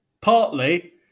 Partly